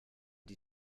die